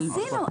עשינו.